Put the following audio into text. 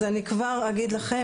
אז אני כבר אגיד לכם,